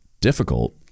difficult